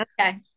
okay